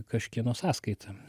kažkieno sąskaita